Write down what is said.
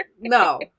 No